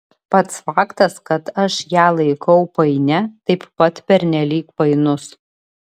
pats faktas kad aš ją laikau painia taip pat pernelyg painus